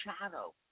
shadow